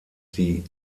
sie